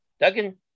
Duggan